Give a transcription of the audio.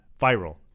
Viral